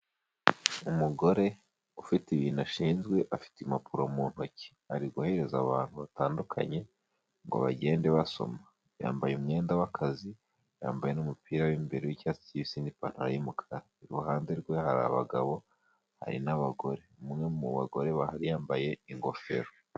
Umugore ufite ibintu ashinzwe, afite impapuro mu ntoki, ari guhereza abantu batandukanye ngo bagende basoma, yambaye umwenda w'akazi, yambaye n'umupira w'imbere w'icyatsi kibisi n'ipantaro y'umukara, iruhande rwe hari abagabo hari n'abagore, umwe mu bagore yambaye ingofero.